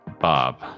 Bob